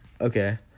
okay